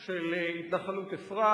של התנחלות אפרת,